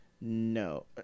No